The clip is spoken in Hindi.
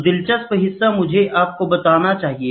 तो दिलचस्प हिस्सा मुझे आपको बताना चाहिए